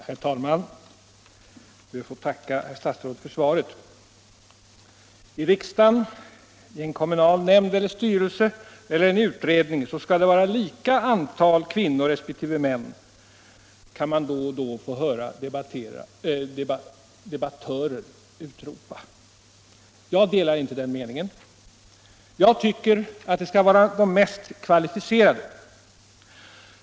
Herr talman! Jag ber att få tacka herr statsrådet för svaret. I riksdagen, i en kommunal nämnd eller styrelse eller i en utredning skall det vara lika antal kvinnor resp. män, kan man då och då få höra debattörer utropa. Jag delar inte den meningen. Jag tycker att det skall vara de mest kvalificerade som skall utses.